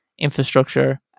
infrastructure